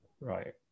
Right